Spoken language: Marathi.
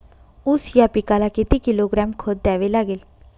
ऊस या पिकाला किती किलोग्रॅम खत द्यावे लागेल?